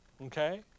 Okay